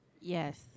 Yes